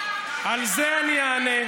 מתים?